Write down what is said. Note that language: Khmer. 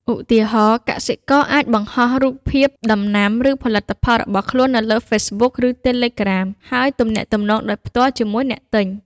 ឧទាហរណ៍ កសិករអាចបង្ហោះរូបភាពដំណាំ ឬផលិតផលរបស់ខ្លួននៅលើ Facebook ឬ Telegram ហើយទំនាក់ទំនងដោយផ្ទាល់ជាមួយអ្នកទិញ។